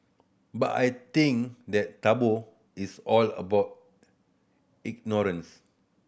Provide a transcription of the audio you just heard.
but I think that taboo is all about ignorance